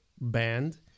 band